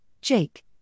Jake